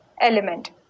element